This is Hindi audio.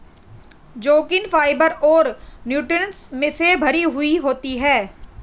जुकिनी फाइबर और न्यूट्रिशंस से भरी हुई होती है